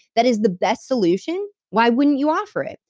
that is the best solution, why wouldn't you offer it?